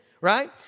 Right